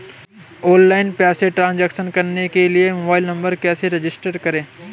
Online पैसे transfer करने के लिए मोबाइल नंबर कैसे रजिस्टर करें?